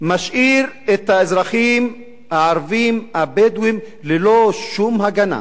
החוק הזה משאיר את האזרחים הערבים הבדואים ללא שום הגנה,